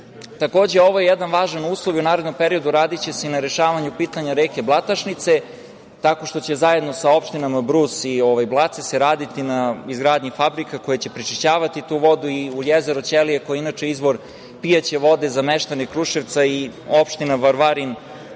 ovo je jedan važan uslov i u narednom periodu radiće se i na rešavanju pitanja reke Blatašnice, tako što će zajedno sa opštinama Brus i Blace se raditi na izgradnji fabrika koje će prečišćavati tu vodu i u jezero Ćelije, koje je inače izvor pijaće vode za meštane Kruševca i opštine Varvarin,